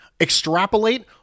extrapolate